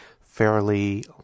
fairly